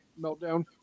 meltdown